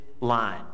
line